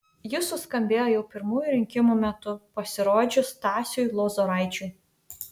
ji suskambėjo jau pirmųjų rinkimų metu pasirodžius stasiui lozoraičiui